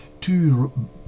two